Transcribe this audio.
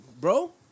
bro